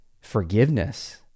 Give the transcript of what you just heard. forgiveness